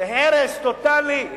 הרס טוטלי,